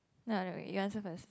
you answer first